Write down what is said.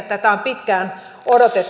tätä on pitkään odotettu